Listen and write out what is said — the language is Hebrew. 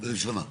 ראשונה.